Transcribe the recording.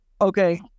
Okay